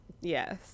Yes